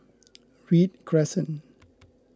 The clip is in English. Read Crescent